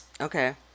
Okay